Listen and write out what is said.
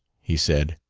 he said.